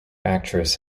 actress